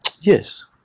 yes